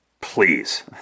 Please